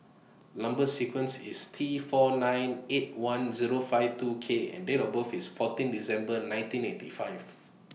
Number sequence IS T four nine eight one Zero five two K and Date of birth IS fourteen December nineteen eighty five